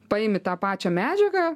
paimi tą pačią medžiagą